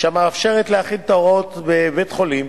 שמאפשרת להחיל את ההוראות בבית-חולים,